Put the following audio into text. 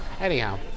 Anyhow